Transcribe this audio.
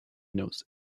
knows